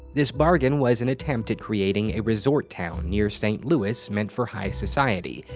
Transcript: this bargain was an attempt at creating a resort town near st. louis meant for high society,